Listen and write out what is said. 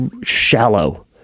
shallow